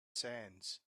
sands